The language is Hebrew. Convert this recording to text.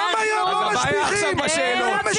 הבעיה עכשיו בשאלות.